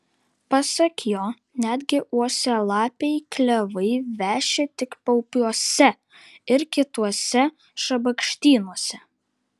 pasak jo netgi uosialapiai klevai veši tik paupiuose ir kituose šabakštynuose